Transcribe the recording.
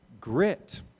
grit